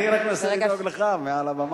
אני רק מנסה לדאוג לך מעל הבמה.